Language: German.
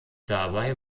dabei